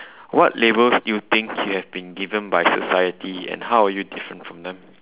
what labels do you think you have been given by society and how are you different from them